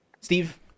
Steve